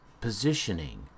Positioning